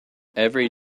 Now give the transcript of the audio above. every